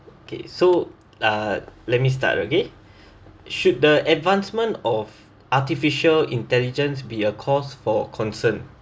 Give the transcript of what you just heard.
okay so uh let me start okay should the advancement of artificial intelligence be a cause for concern